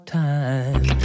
time